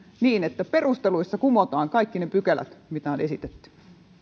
niin että perusteluissa kumotaan kaikki ne pykälät mitä on esitetty